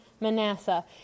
Manasseh